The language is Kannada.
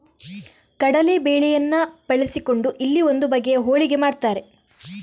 ಕಡಲೇ ಬೇಳೆಯನ್ನ ಬಳಸಿಕೊಂಡು ಇಲ್ಲಿ ಒಂದು ಬಗೆಯ ಹೋಳಿಗೆ ಮಾಡ್ತಾರೆ